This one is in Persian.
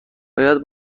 باید